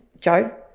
joe